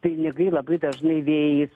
pinigai labai dažnai vėjais